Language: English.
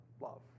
love